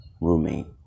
roommate